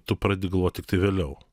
tu pradedi galvot tiktai vėliau